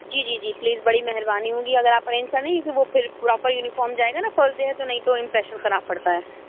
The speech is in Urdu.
جی جی جی پلیز بڑی مہربانی ہوگی اگر آپ ارینج کریں گی کیونکہ وہ پھر پراپر یونیفارم جائے گا نا فسٹ ڈے ہے تو نہیں تو امپریشن خراب پڑتا ہے